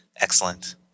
Excellent